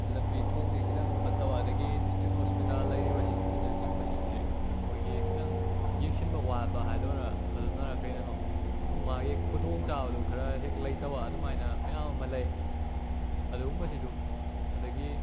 ꯂꯝꯕꯤ ꯊꯣꯡꯁꯤ ꯈꯤꯇꯪ ꯐꯠꯇꯕ ꯑꯗꯒꯤ ꯗꯤꯁꯇ꯭ꯔꯤꯛ ꯍꯣꯁꯄꯤꯇꯥꯜ ꯂꯩꯔꯤꯕꯁꯤꯡꯁꯤꯅ ꯆꯤꯡꯕ ꯁꯤꯡꯁꯤ ꯑꯩꯈꯣꯏꯒꯤ ꯈꯤꯇꯪ ꯌꯦꯡꯁꯤꯟꯕ ꯋꯥꯠꯄ ꯍꯥꯏꯗꯧꯔꯥ ꯑꯗꯨꯅꯔꯥ ꯀꯔꯤꯅꯅꯣ ꯃꯥꯒꯤ ꯈꯨꯗꯣꯡ ꯆꯥꯕꯗꯨ ꯈꯔ ꯍꯦꯛ ꯂꯩꯇꯕ ꯑꯗꯨꯝꯍꯥꯏꯅ ꯃꯌꯥꯝ ꯑꯃ ꯂꯩ ꯑꯗꯨꯒꯨꯝꯕꯁꯤꯁꯨ ꯑꯗꯒꯤ